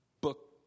book